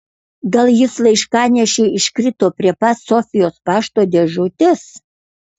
gal jis laiškanešiui iškrito prie pat sofijos pašto dėžutės